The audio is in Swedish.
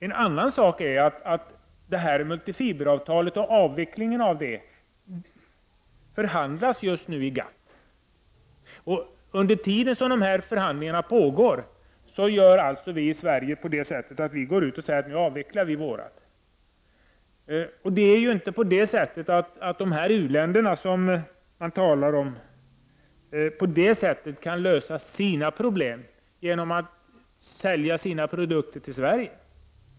En annan sak är att avvecklingen av multifiberavtalet just nu förhandlas i GATT. Under tiden som de förhandlingarna pågår går vi i Sverige alltså ut och säger att vi avvecklar våra begränsningar. De u-länder man talar om kan inte lösa sina problem genom att sälja sina produkter till Sverige.